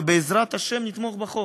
ובעזרת השם נתמוך בחוק.